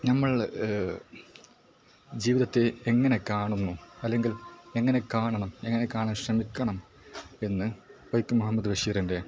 നമ്മൾ ജീവിതത്തെ എങ്ങനെ കാണുന്നു അല്ലെ ങ്കിൽ എങ്ങനെ കാണണം എങ്ങനെ കാണാൻ ശ്രമിക്കണം എന്ന് വൈക്കം മുഹമ്മദ് ബഷീറിൻ്റെ